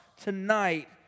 tonight